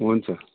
हुन्छ